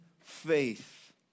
faith